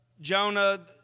Jonah